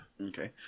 Okay